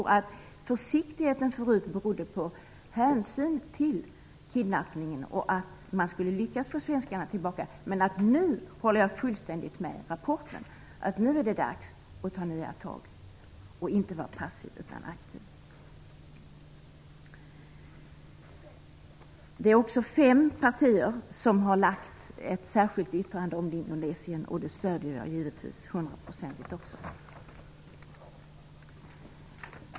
Den tidigare försiktigheten berodde nog på hänsyn till de kidnappade och till att man skulle lyckas med att få dem tillbaka. Men jag håller fullständigt med rapporten om att det nu är dags att ta nya tag och inte vara passiv utan aktiv. Det är fem partier som har avgett ett särskilt yttrande om Indonesien, och det stöder jag givetvis också till hundra procent.